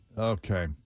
Okay